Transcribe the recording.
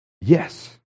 yes